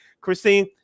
Christine